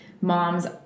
moms